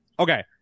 Okay